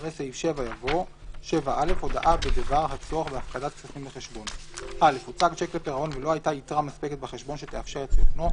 אחרי סעיף 7 יבוא: "הודעה בדבר הצורך בהפקדת כספים בחשבון 7א. (א)הוצג שיק לפירעון ולא הייתה יתרה מספקת בחשבון שתאפשר את פירעונו,